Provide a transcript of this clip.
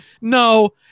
no